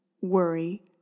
worry